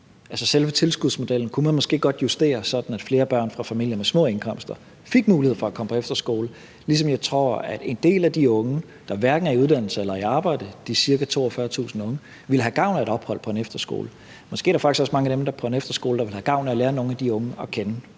selve tilskudsmodellen kunne man måske godt justere, sådan at flere børn fra familier med små indkomster fik mulighed for at komme på efterskole, ligesom jeg tror, at en del af de unge, der hverken er i uddannelse eller i arbejde, de ca. 42.000 unge, ville have gavn af et ophold på en efterskole. Måske er der faktisk også mange af dem, der er på en efterskole, der ville have gavn af at lære nogle af de